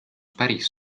päris